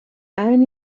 and